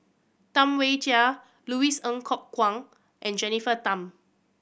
Tam Wai Jia Louis Ng Kok Kwang and Jennifer Tham